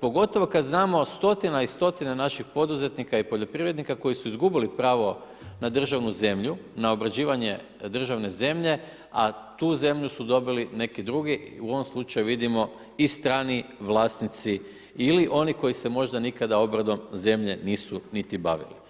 pogotovo kada znamo stotina i stotina naših poduzetnika i poljoprivrednika koji su izgubili pravo na državnu zemlju, na obrađivanje državne zemlje, a tu zemlju su dobili neki drugi, u ovom slučaju vidimo i strani vlasnici, ili oni koji se možda nikada obradom zemlje nisu niti bavili.